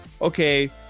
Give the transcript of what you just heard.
okay